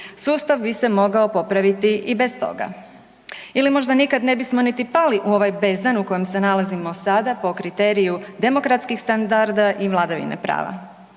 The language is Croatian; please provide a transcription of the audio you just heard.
Sustav bi se mogao popraviti i bez toga ili možda nikada ne bismo niti pali u ovaj bezdan u kojem se nalazimo sada po kriteriju demokratskih standarda i vladavine prava.